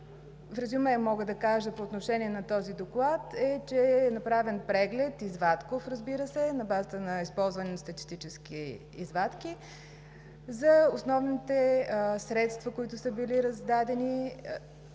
В резюме мога да кажа по отношение на този доклад, че е направен извадков преглед, разбира се, на базата на използвани статистически извадки, за основните средства, които са били раздадени